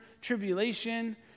tribulation